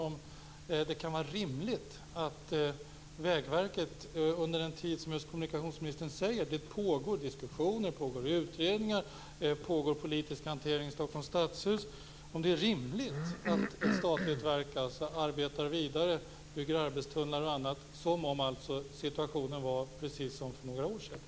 Kan det vara rimligt att ett statligt verk som Vägverket, som kommunikationsministern just säger, under den tid det pågår diskussioner och utredningar och politisk hantering i Stockholms stadshus, arbetar vidare och bygger arbetstunnlar och annat som om situationen var precis som för några år sedan?